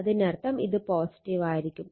അതിനർത്ഥം ഇത് ആയിരിക്കും